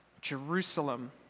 Jerusalem